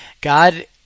God